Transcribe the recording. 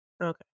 Okay